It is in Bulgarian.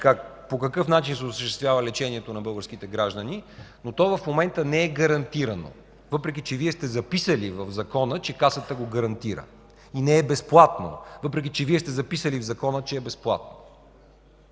по какъв начин се осъществява лечението на българските граждани. То в момента не е гарантирано, въпреки че в Закона Вие сте записали, че Касата го гарантира. Не е и безплатно, въпреки че Вие сте записали в Закона, че е безплатно.